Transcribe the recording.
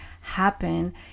happen